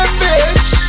bitch